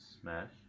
Smash